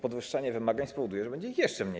Podwyższanie wymagań spowoduje, że będzie ich jeszcze mniej.